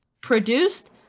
Produced-